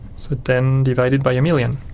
so ten divided by a million